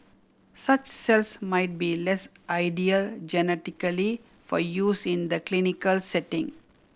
such cells might be less ideal genetically for use in the clinical setting